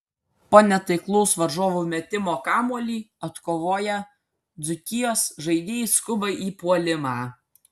po netaiklaus varžovų metimo kamuolį atkovoję dzūkijos žaidėjai skuba į puolimą